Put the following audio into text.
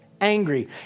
angry